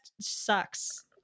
sucks